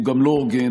הוא גם לא הוגן.